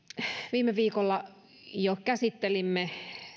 viime viikolla jo käsittelimme